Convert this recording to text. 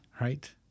Right